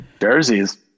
Jersey's